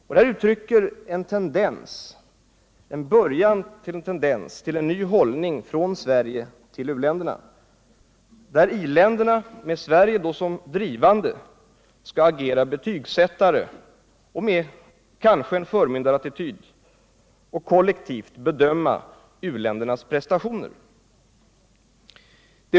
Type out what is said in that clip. Det uttrycker början till en tendens till en ny hållning från Sverige gentemot u-länderna, där i-länderna med Sverige som en drivande kraft skall agera betygsättare och, kanske med en förmyndarattityd, kollektivt bedöma u-ländernas prestationer.